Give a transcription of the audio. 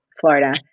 Florida